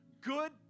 good